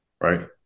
right